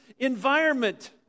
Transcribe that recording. environment